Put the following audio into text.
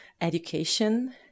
education